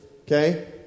Okay